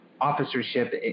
officership